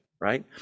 right